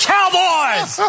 Cowboys